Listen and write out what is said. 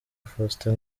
faustin